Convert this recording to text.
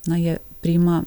na jie priima